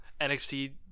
NXT